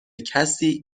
کسی